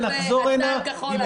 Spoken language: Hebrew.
עכשיו יצא על כחול לבן.